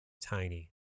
tiny